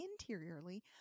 interiorly